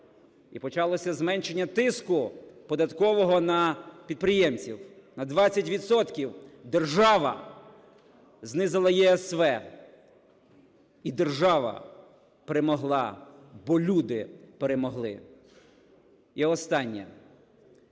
І почалося зменшення тиску податкового на підприємців на 20 відсотків, держава знизила ЄСВ. І держава перемогла, бо люди перемогли. І останнє.